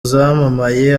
zamamaye